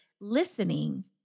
listening